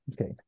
okay